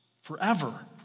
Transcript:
forever